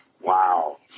Wow